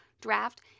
draft